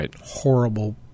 horrible